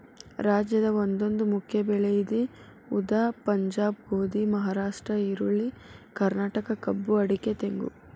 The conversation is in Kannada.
ರಾಜ್ಯದ ಒಂದೊಂದು ಮುಖ್ಯ ಬೆಳೆ ಇದೆ ಉದಾ ಪಂಜಾಬ್ ಗೋಧಿ, ಮಹಾರಾಷ್ಟ್ರ ಈರುಳ್ಳಿ, ಕರ್ನಾಟಕ ಕಬ್ಬು ಅಡಿಕೆ ತೆಂಗು